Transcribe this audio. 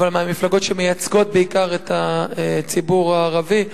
שמייצגות בעיקר את הציבור הערבי,